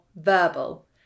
verbal